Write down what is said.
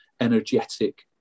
energetic